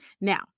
Now